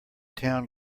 town